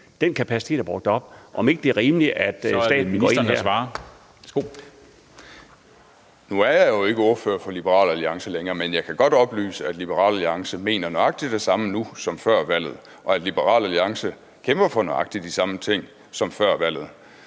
der svarer. Værsgo. Kl. 16:38 Transport-, bygnings- og boligministeren (Ole Birk Olesen): Nu er jeg jo ikke ordfører for Liberal Alliance længere, men jeg kan godt oplyse, at Liberal Alliance mener nøjagtig det samme nu som før valget, og at Liberal Alliance kæmper for nøjagtig de samme ting som før valget.